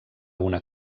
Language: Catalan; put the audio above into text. una